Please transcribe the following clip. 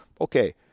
okay